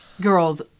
girls